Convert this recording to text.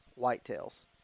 whitetails